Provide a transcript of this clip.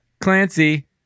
Clancy